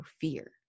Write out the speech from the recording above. fear